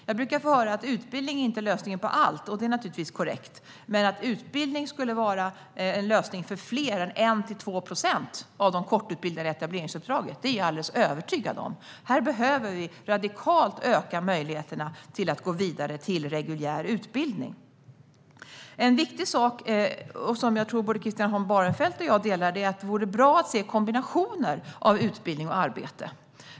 Jag brukar få höra att utbildning inte är lösningen på allt, och det är naturligtvis korrekt. Men att utbildning är en lösning för fler än 1-2 procent av de kortutbildade i etableringsuppdraget är jag alldeles övertygad om. Här behöver vi radikalt öka möjligheterna att gå vidare till reguljär utbildning. En viktig sak som jag tror att Christian Holm Barenfeld och jag delar synen på är att det vore bra att se kombinationer av utbildning och arbete.